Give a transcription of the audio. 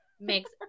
Makes